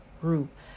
group